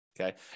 Okay